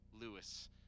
Lewis